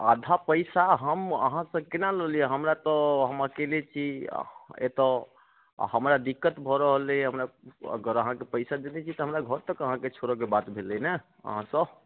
आधा पैसा हम अहाँ सँ केना लऽ लिऽ हमरा तऽ हम अकेले छी एतौ आओर हमरा दिक्कत भऽ रहल अइ अगर अहाँके पैसा देने छी तऽ हमरा घर तक अहाँके छोड़ैके बात भेलै ने अहाँसँ